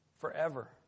forever